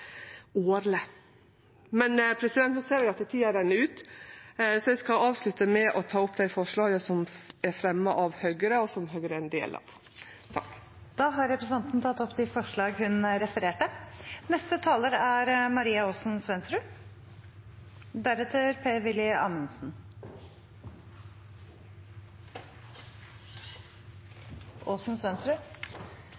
ser eg at tida renn ut, så eg skal avslutte med å ta opp dei forslaga som er fremja av Høgre, og det forslaget som Høgre er ein del av. Da har representanten Frida Melvær tatt opp de forslagene hun refererte til.